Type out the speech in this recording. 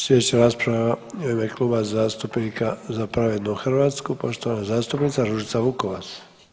Sljedeća rasprava u ime Kluba zastupnika Za pravednu Hrvatsku, poštovana zastupnika Ružica Vukovac.